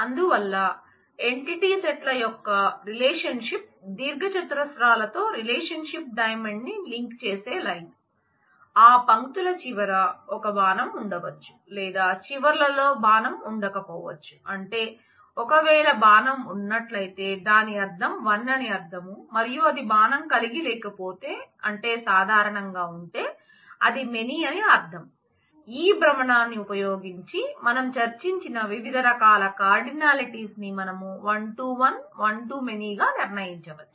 అందువల్ల entity set గా నిర్ణయించవచ్చు